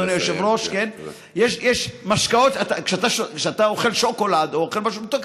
אדוני היושב-ראש: כשאתה אוכל שוקולד או כשאתה אוכל משהו מתוק,